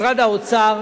משרד האוצר